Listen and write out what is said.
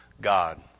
God